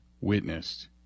witnessed